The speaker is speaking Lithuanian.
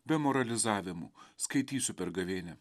be moralizavimų skaitysiu per gavėnią